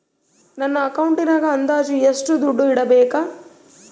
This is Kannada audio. ನನ್ನ ಅಕೌಂಟಿನಾಗ ಅಂದಾಜು ಎಷ್ಟು ದುಡ್ಡು ಇಡಬೇಕಾ?